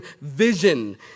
vision